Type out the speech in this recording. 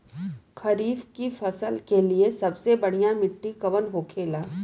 खरीफ की फसल के लिए सबसे बढ़ियां मिट्टी कवन होखेला?